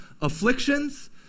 afflictions